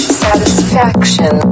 satisfaction